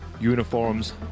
uniforms